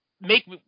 make